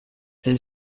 elle